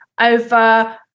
over